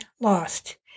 lost